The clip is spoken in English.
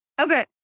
Okay